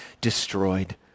destroyed